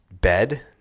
bed